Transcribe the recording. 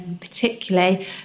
particularly